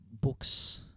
books